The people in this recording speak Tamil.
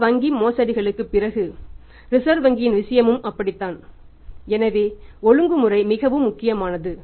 இந்த வங்கி மோசடிகளுக்குப் பிறகு ரிசர்வ் வங்கியின் விஷயமும் அப்படித்தான் எனவே ஒழுங்குமுறை மிகவும் முக்கியமானது